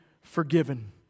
forgiven